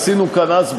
עשינו כאן אז,